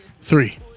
Three